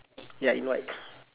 ya in white